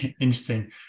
Interesting